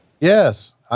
yes